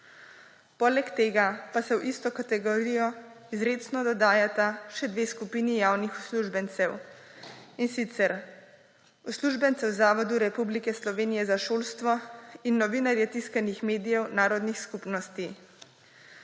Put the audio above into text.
Poleg tega pa se v isto kategorijo izrecno dodajata še dve skupini javnih uslužbencev, in sicer uslužbence v Zavodu Republike Slovenije za šolstvo in novinarje tiskanih medijev narodnih skupnosti.